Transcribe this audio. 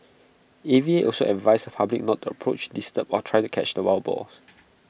A V A also advised the public not to approach disturb or try to catch the wild boars